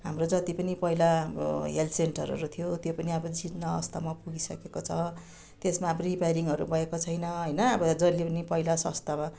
हाम्रो जति पनि पहिला हाम्रो हेल्थ सेन्टरहरू थियो त्यो पनि अब जीर्ण अवस्थामा पुगिसकेको छ त्यसमा अब रिपेरिङहरू भएको छैन होइन जसले पनि पहिला स्वास्थ्यमा